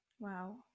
Wow